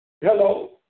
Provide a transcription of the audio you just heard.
Hello